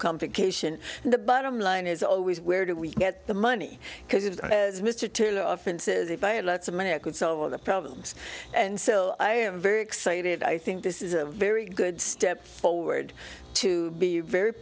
complication and the bottom line is always where do we get the money because it as mr taylor often says if i had lots of money i could solve all the problems and so i am very excited i think this is a very good step forward to be very